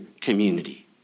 community